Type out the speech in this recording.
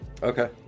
Okay